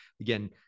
again